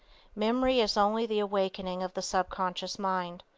memory is only the awakening of the sub-conscious mind,